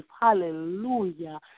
hallelujah